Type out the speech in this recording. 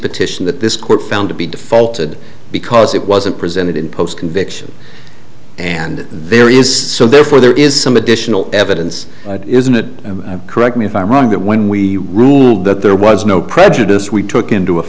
petition that this court found to be defaulted because it wasn't presented in post conviction and there is so therefore there is some additional evidence isn't it and correct me if i'm wrong that when we ruled that there was no prejudice we took into